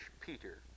Peter